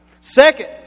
Second